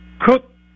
Cook